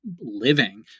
living